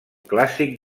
clàssic